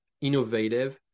innovative